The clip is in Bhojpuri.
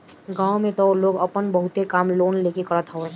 गांव में तअ लोग आपन बहुते काम लोन लेके करत हवे